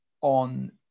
on